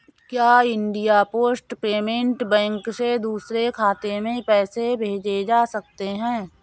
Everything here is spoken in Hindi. क्या इंडिया पोस्ट पेमेंट बैंक से दूसरे खाते में पैसे भेजे जा सकते हैं?